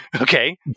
okay